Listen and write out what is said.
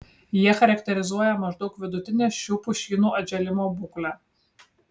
jie charakterizuoja maždaug vidutinę šių pušynų atžėlimo būklę